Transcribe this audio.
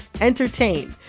entertain